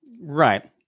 Right